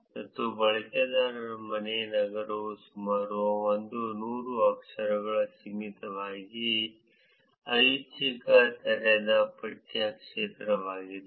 ಮತ್ತು ಬಳಕೆದಾರರ ಮನೆ ನಗರವು ಸುಮಾರು 100 ಅಕ್ಷರಗಳಿಗೆ ಸೀಮಿತವಾದ ಐಚ್ಛಿಕ ತೆರೆದ ಪಠ್ಯ ಕ್ಷೇತ್ರವಾಗಿದೆ